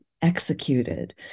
executed